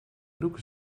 broek